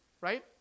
right